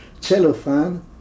cellophane